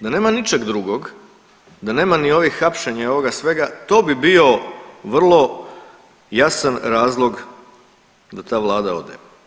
Da nema ničeg drugog, da nema ni ovih hapšenja i ovog svega to bi bio vrlo jasan razlog da ta Vlada ode.